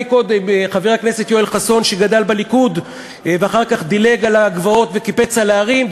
אז תיעוד חקירות הוא חלק ממה שמגן על זכויות אדם,